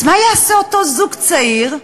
אז מה יעשה אותו זוג צעיר,